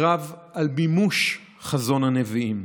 בקרב על מימוש חזון הנביאים,